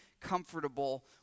comfortable